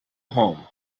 home